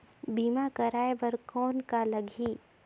बीमा कराय बर कौन का लगही?